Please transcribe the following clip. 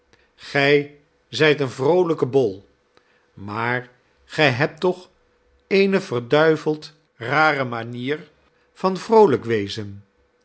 gij zijt een vroolijke bol maar gij hebt toch eene verduiveld rare manier van vroolijk wezen